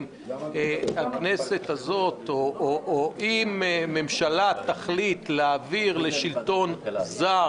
הכנסת הזאת או אם ממשלה תחליט להעביר לשלטון זר